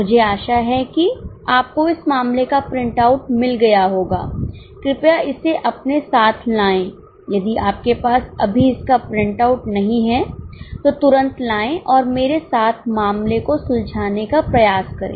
मुझे आशा है कि आपको इस मामले का प्रिंटआउट मिल गया होगा कृपया इसे अपने साथ लाएं यदि आपके पास अभी इसका प्रिंटआउट नहीं है तो तुरंत लाएं और मेरे साथ मामले को सुलझाने का प्रयास करें